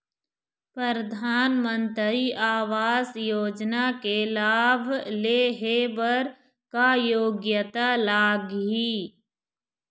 परधानमंतरी आवास योजना के लाभ ले हे बर का योग्यता लाग ही?